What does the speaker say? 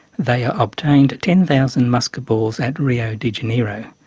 they ah obtained ten thousand musquet balls at rio de janeiro,